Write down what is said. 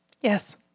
Yes